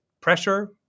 pressure